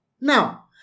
Now